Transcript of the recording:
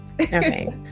Okay